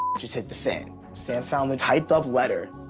just hit the fan. sam found a typed up letter,